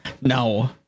No